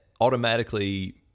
automatically